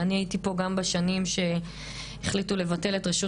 אני הייתי פה גם בשנים שהחליטו לבטל את רשות